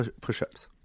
push-ups